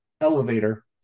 elevator